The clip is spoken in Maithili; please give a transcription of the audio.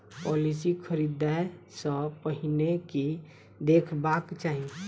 पॉलिसी खरीदै सँ पहिने की देखबाक चाहि?